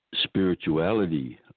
spirituality